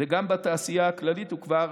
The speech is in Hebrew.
וגם בתעשייה הכללית, היא כבר